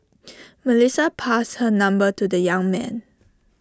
Melissa passed her number to the young man